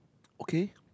okay